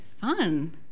Fun